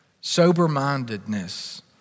sober-mindedness